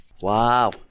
Wow